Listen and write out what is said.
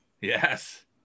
Yes